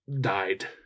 Died